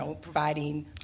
providing